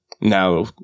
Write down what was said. now